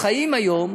עזוב,